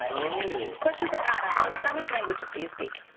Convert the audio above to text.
question for adam how many languages do you speak?